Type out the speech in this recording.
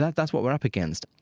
that's what we're up against.